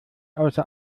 außer